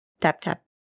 tap-tap